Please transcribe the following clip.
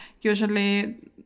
usually